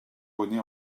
bonnet